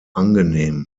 angenehm